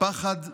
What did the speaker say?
פחד תלויים.